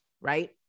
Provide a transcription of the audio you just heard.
right